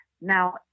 Now